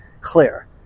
clear